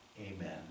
Amen